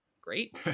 great